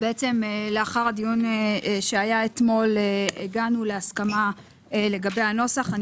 לאחר הדיון שהיה אתמול הגענו להסכמה לגבי הנוסח.